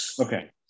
Okay